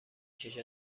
کشد